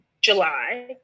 July